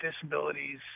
disabilities